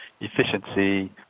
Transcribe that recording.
efficiency